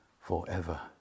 forever